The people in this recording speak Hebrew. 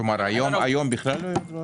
כלומר היום בכלל לא יהיו הצבעות?